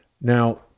Now